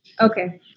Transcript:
Okay